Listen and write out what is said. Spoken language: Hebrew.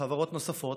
וחברות נוספות,